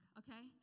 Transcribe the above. okay